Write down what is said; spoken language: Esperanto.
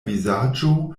vizaĝo